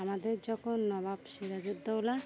আমাদের যখন নবাব সিরাজউদ্দৌলা